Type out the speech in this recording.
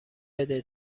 بده